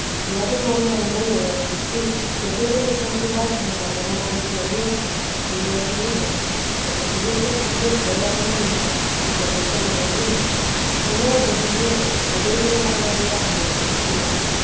ya que había remedio de resistir que siempre me santigu cuando alguna visión viese y diese higas y que tu por cierto era demonio y con esto no vernía y que no hubiese miedo que dios me guardaría y me lo quitaría a